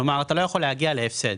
כלומר, אתה לא יכול להגיע להפסד.